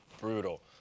brutal